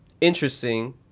interesting